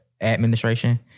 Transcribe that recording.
administration